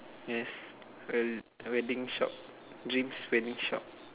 yes we~ wedding shop dreams wedding shop